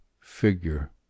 Figure